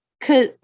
cause